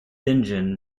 engine